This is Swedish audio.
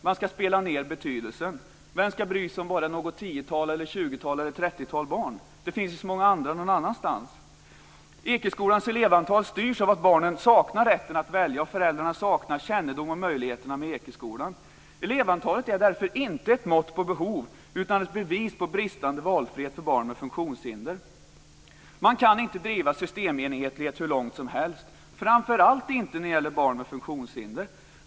Man ska spela ned betydelsen. Vem ska bry sig om något tiotal eller tjugotal eller trettiotal barn? Det finns ju många andra någon annanstans. Ekeskolans elevantal styrs av att barnen saknar rätten att välja och föräldrarna saknar kännedom om möjligheterna i Ekeskolan. Elevantalet är därför inte ett mått på behov utan ett bevis på bristande valfrihet för barn med funktionshinder. Man kan inte driva systemenligheten hur långt som helst, framför allt inte när det gäller barn med funktionshinder.